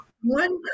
one